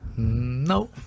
No